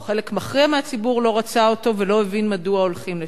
או חלק מכריע מהציבור לא רצה אותו ולא הבין מדוע הולכים לשם.